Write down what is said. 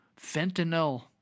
Fentanyl